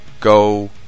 go